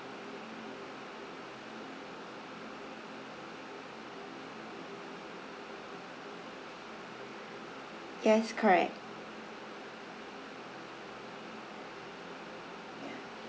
yes correct